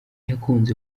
yakunze